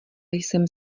jsem